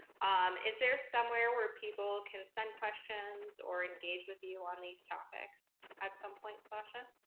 um is there somewhere where people can send questions or engage with you on these topics at some point, sasha?